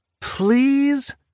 Please